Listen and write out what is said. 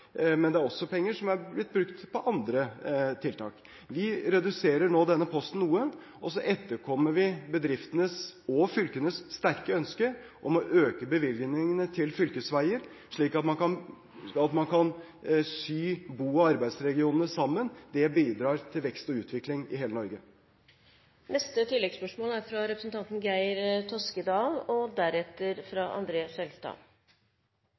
men det er også penger som er blitt brukt på andre tiltak. Vi reduserer nå denne posten noe, og etterkommer bedriftenes og fylkenes sterke ønske om å øke bevilgningene til fylkesveier, slik at man kan sy bo- og arbeidsregionene sammen. Det bidrar til vekst og utvikling i hele Norge. Geir S. Toskedal – til oppfølgingsspørsmål. Fylkene fikk fra 2004 innskjerpet sitt oppdrag ved at de skulle være regionale aktører, og